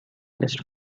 least